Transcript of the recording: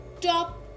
top